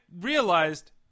realized